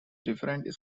different